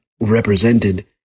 represented